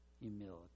Humility